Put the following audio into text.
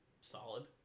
solid